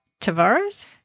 Tavares